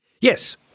Yes